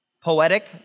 poetic